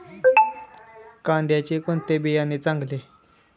कांद्याचे कोणते बियाणे चांगले?